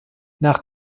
nach